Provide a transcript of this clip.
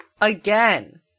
Again